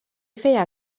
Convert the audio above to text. feia